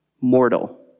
mortal